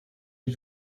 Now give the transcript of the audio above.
die